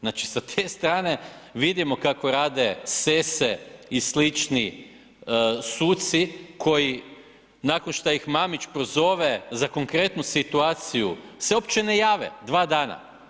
Znači sa te strane vidimo kako rade Sesse i slični suci koji nakon što ih Mamić prozove za konkretnu situaciju se uopće ne jave dva dana.